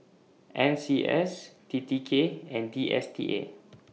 N C S T T K and D S T A